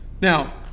Now